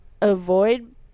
avoid